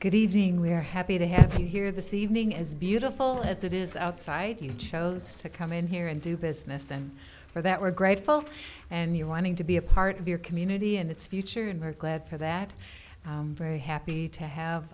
good evening we're happy to have you here this evening as beautiful as it is outside you chose to come in here and do business and for that we're grateful and you're wanting to be a part of your community and its future and we're glad for that very happy to